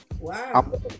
Wow